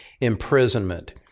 imprisonment